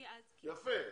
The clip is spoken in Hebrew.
יפה.